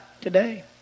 today